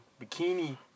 bikini